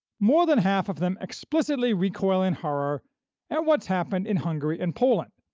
more than half of them explicitly recoil in horror at what's happened in hungary and poland,